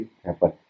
happen